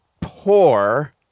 poor